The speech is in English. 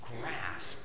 grasp